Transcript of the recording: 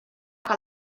que